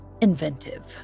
inventive